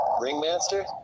Ringmaster